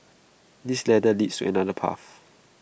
this ladder leads to another path